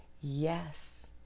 yes